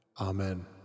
Amen